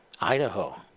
Idaho